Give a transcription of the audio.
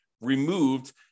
removed